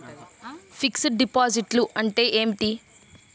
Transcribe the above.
Fixed డిపాజిట్లు అంటే ఏమిటి?